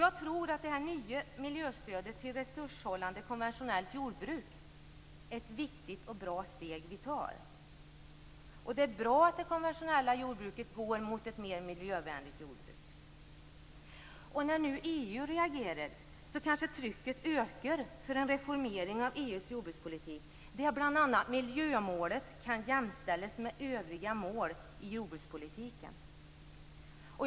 Jag tror att det nya miljöstödet till ett resurshållande konventionellt jordbruk är ett viktigt och bra steg som vi tar. Det är bra att det konventionella jordbruket går i riktning mot ett miljövänligare jordbruk. När nu EU reagerar ökar kanske trycket på en reformering av EU:s jordbrukspolitik, där bl.a. miljömålet kan jämställas med övriga mål i jordbrukspolitiken.